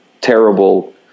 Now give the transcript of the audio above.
terrible